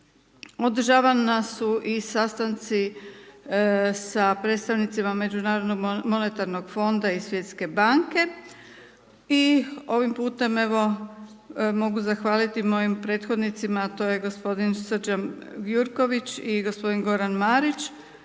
Održavana su i sastanci sa predstavnicima Međunarodnog monetarnog fonda i Svjetske banke i ovim putem evo, mogu zahvaliti mojim predvodnicima, a to je g. Srđan Jurković i g. Goran Marić,